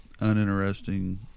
uninteresting